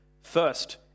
First